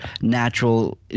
natural